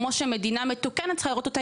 כמו שהמדינה המתוקנת צריכה לראות אותה,